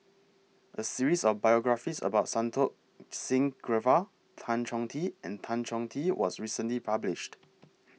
A series of biographies about Santokh Singh Grewal Tan Chong Tee and Tan Chong Tee was recently published